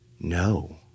no